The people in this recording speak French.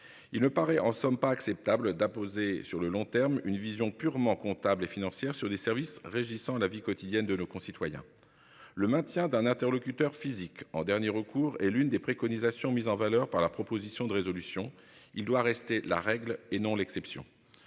Il ne paraît en somme pas acceptable d'imposer sur le long terme une vision purement comptable et financière, sur des services régissant la vie quotidienne de nos concitoyens. Le maintien d'un interlocuteur physique en dernier recours et l'une des préconisations mise en valeur par la proposition de résolution, il doit rester la règle et non l'exception.